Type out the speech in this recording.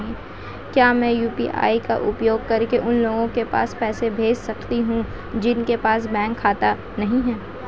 क्या मैं यू.पी.आई का उपयोग करके उन लोगों के पास पैसे भेज सकती हूँ जिनके पास बैंक खाता नहीं है?